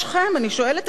אני שואלת את עצמי,